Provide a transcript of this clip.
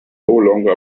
longer